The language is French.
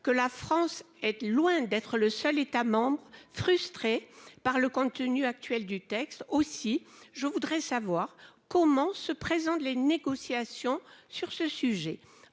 que la France est loin d'être le seul État membre frustré par le contenu actuel du texte. Aussi, je voudrais savoir comment se présentent les négociations sur ce sujet.